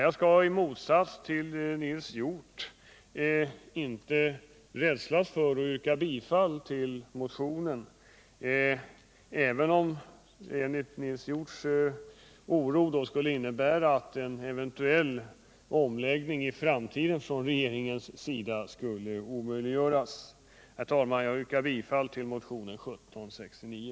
Jag skall i motsats till Nils Hjorth inte vara rädd för att yrka bifall till motionen, även om det enligt Nils Hjorth för regeringen skulle innebära att en eventuell omläggning i framtiden omöjliggöres. Herr talman! Jag yrkar bifall till motionen 1769.